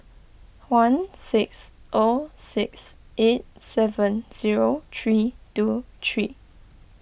one six O six eight seven zero three two three